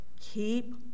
keep